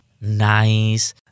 nice